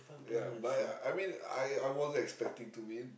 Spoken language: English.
ya but I I mean I I wasn't expecting to win